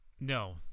No